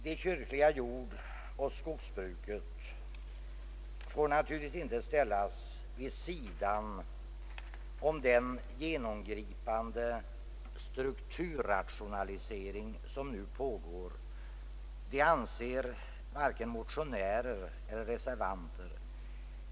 Det kyrkliga jordoch skogsbruket bör naturligtvis inte ställas vid sidan om den genomgripande strukturrationalisering som nu pågår. Detta anser varken motionärer eller reservanter.